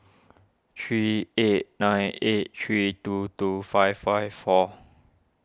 three eight nine eight three two two five five four